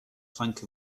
plank